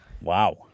Wow